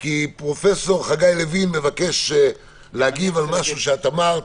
כי פרופ' חגי לוין מבקש להגיב על משהו שאמרת